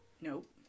Nope